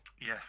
Yes